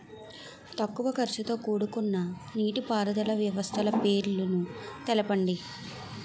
తక్కువ ఖర్చుతో కూడుకున్న నీటిపారుదల వ్యవస్థల పేర్లను తెలపండి?